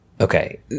Okay